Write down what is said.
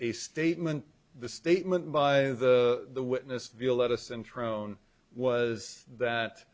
a statement the statement by the witness via lettuce and thrown was that